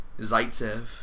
Zaitsev